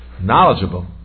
knowledgeable